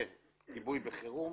וכיבוי בחירום,